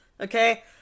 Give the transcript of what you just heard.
Okay